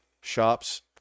shops